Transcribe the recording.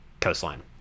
coastline